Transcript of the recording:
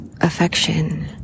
affection